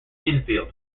infield